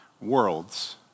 worlds